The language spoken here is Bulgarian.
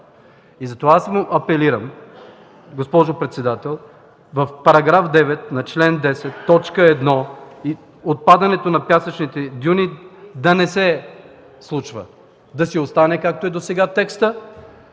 Затова аз апелирам, госпожо председател, в § 9 на чл. 10, т. 1 – отпадането на пясъчните дюни да не се случва, да си остане, както и досега текстът,